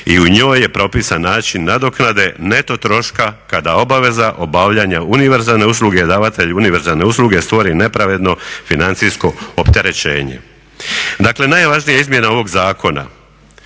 i u njoj je propisan način nadoknade neto troška kada obaveza obavljanja univerzalne usluge davatelj univerzalne usluge stvori nepravedno financijsko opterećenje. Dakle, najvažnija izmjena ovog zakona,